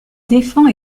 défend